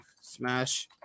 smash